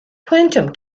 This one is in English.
quantum